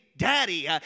daddy